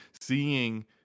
seeing